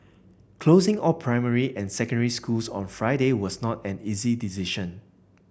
closing all primary and secondary schools on Friday was not an easy decision